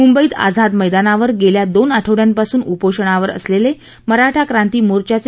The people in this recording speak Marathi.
मुंबईत आझाद मद्यानावर गेल्या दोन आठवड्यांपासून उपोषणावर असलेले मराठा क्रांतिमोर्चाचे